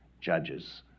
judges